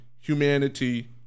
humanity